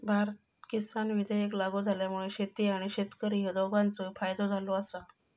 भारत किसान विधेयक लागू झाल्यामुळा शेती आणि शेतकरी ह्या दोघांचोही फायदो झालो आसा